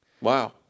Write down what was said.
Wow